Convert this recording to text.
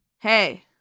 Hey